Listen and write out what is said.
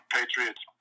Patriots